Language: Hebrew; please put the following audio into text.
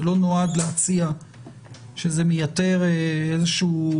זה לא נועד להציע שזה מייתר איזה שהיא